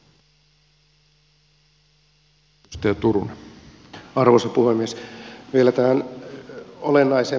vielä tähän olennaiseen merkitykseen